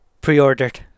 pre-ordered